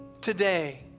today